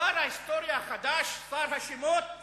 שר ההיסטוריה החדש, שר השמות החדש,